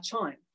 time